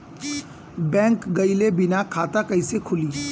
Bank गइले बिना खाता कईसे खुली?